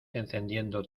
encendiendo